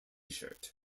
shirt